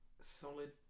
solid